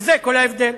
וזה כל ההבדל.